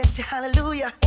Hallelujah